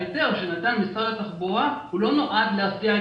ההיתר שנתן משרד התחבורה לא נועד להסיע את